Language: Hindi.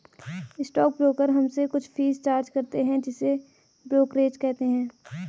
स्टॉक ब्रोकर हमसे कुछ फीस चार्ज करते हैं जिसे ब्रोकरेज कहते हैं